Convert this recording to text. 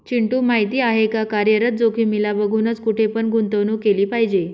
चिंटू माहिती आहे का? कार्यरत जोखीमीला बघूनच, कुठे पण गुंतवणूक केली पाहिजे